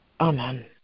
Amen